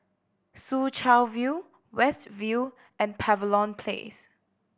Soo Chow View West View and Place